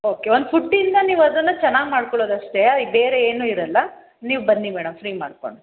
okay ಒಂದು ಫುಡ್ಡಿಂದ ನೀವು ಅದನ್ನು ಚೆನ್ನಾಗಿ ಮಾಡ್ಕೊಳ್ಳೋದು ಅಷ್ಟೇ ಬೇರೆ ಏನೂ ಇರೋಲ್ಲ ನೀವು ಬನ್ನಿ ಮೇಡಮ್ ಫ್ರೀ ಮಾಡ್ಕೊಂಡು